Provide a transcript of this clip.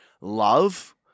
love